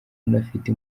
unafite